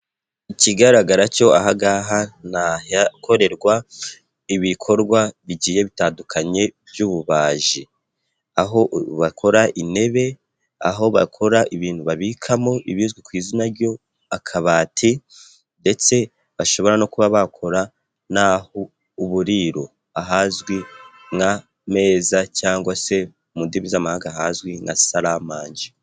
Ikigaragara cyo aha ngaha niahakorerwa ibikorwa bigiye bitandukanye by'ububaji. Aho bakora intebe, aho bakora ibintu babikamo ibizwi ku izina ry'akabati ndetse bashobora no kuba bakora, n'ah'uburiro ahazwi nk'ameza cyangwa se mu ndimi z'amahanga hazwi nka saramanje.